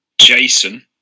Jason